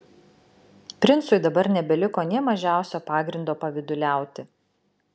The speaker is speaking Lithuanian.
princui dabar nebeliko nė mažiausio pagrindo pavyduliauti